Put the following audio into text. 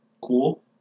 cool